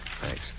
Thanks